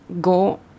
go